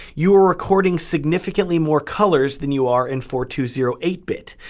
you are recording significantly more colors than you are in four two zero eight bit,